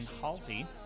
Halsey